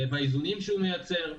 באיזונים שהוא מייצר.